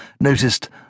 noticed